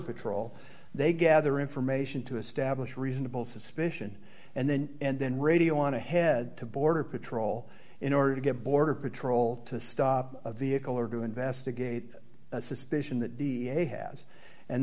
patrol they gather information to establish reasonable suspicion and then and then radio want to head to border patrol in order to get border patrol to stop a vehicle or to investigate that suspicion that